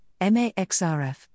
MAXRF